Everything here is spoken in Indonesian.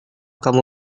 kamu